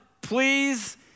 please